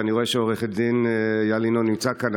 ואני רואה שעו"ד איל ינון נמצא כאן,